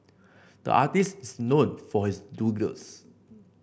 the artist is known for his doodles